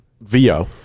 VO